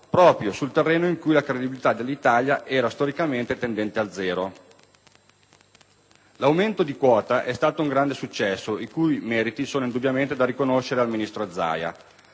proprio sul terreno in cui la credibilità dell'Italia era, storicamente, tendente a zero. L'aumento di quota è stato un grande successo, i cui meriti sono indubbiamente da riconoscere al ministro Zaia.